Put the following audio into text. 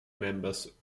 members